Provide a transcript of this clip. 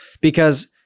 Because-